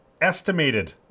estimated